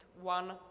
one